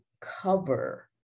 cover